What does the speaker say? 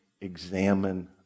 examine